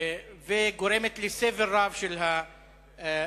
גורמת לסבל רב של הנוסעים.